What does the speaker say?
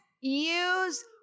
use